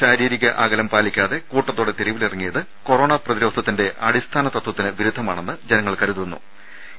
ശാരീരിക അകലം പാലിക്കാതെ കൂട്ടത്തോടെ തെരുവിലിറങ്ങിയത് കൊറോണ പ്രതിരോധത്തിന്റെ അടിസ്ഥാന തത്വത്തിന് വിരുദ്ധമാണെന്ന് ജനങ്ങൾ കരുതിയിട്ടുണ്ട്